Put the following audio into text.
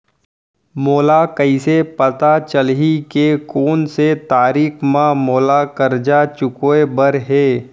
मोला कइसे पता चलही के कोन से तारीक म मोला करजा चुकोय बर हे?